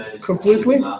completely